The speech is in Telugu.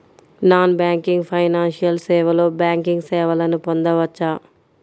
నాన్ బ్యాంకింగ్ ఫైనాన్షియల్ సేవలో బ్యాంకింగ్ సేవలను పొందవచ్చా?